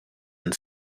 and